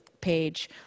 page